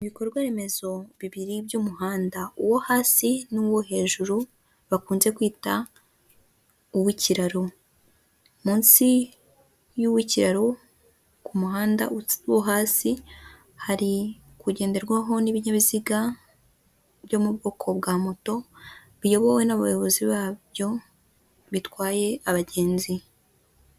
Ibikorwa remezo bibiri by'umuhanda uwo hasi n'uwo hejuru bakunze kwita uw'ikiraro, munsi y'uw'ikiraro ku muhanda wo hasi hari kugenderwaho n'ibinyabiziga byo mu bwoko bwa moto biyobowe n'abayobozi babyo bitwaye abagenzi.